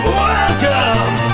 welcome